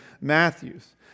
Matthew's